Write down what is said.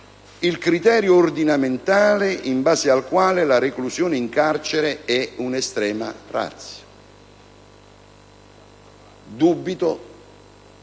il criterio ordinamentale in base al quale la reclusione in carcere è una *extrema ratio*. Dubito